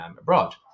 abroad